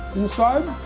inside